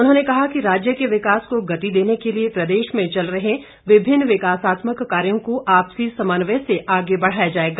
उन्होंने कहा कि राज्य के विकास को गति देने के लिए प्रदेश में चल रहे विभिन्न विकासात्मक कार्यों को आपसी समन्वय से आगे बढ़ाया जाएगा